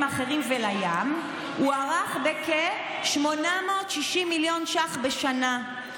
האחרים ולים הוערך בכ-860 מיליון ש"ח בשנה.